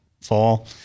fall